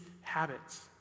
habits